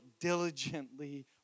diligently